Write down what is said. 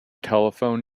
telephone